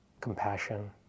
compassion